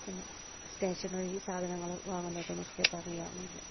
പിന്നെ സ്റ്റേഷനറി സാധനങ്ങൾ വാങ്ങുന്നതൊക്കെ പറയുവാണെങ്കിൽ